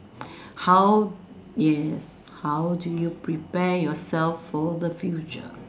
how yes how do you prepare yourself for the future